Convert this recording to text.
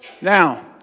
Now